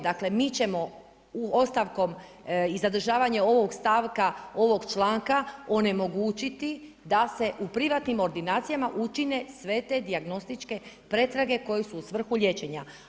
Dakle mi ćemo ostavkom i zadržavanjem ovog stavka, ovog članka onemogućiti da se u privatnim ordinacijama učine sve te dijagnostičke pretrage koje su u svrhu liječenja.